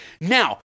Now